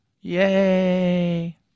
Yay